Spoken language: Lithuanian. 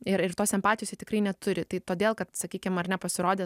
ir ir tos simpatijos jie tikrai neturi tai todėl kad sakykim ar ne pasirodęs